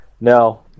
No